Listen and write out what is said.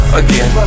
again